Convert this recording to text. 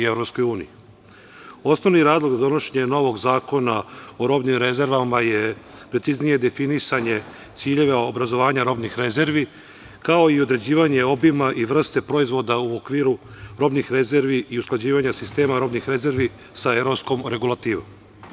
Osnovni razlog za donošenje novog zakona o robnim rezervama je preciznije definisanje ciljeva obrazovanja robnih rezervi, kao i određivanje obima i vrste proizvoda u okviru robnih rezervi i usklađivanja sistema robnih rezervi sa evropskom regulativom.